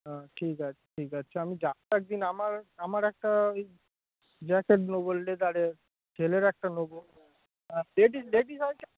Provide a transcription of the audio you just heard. হ্যাঁ ঠিক আছে ঠিক আছে আমি যে এক দিন আমার আমার একটা ওই জ্যাকেট নেবো বললে তাে ছেলের একটা নেবো লেডিস লেডিস আছে